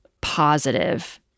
positive